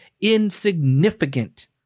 insignificant